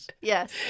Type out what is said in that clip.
yes